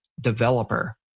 developer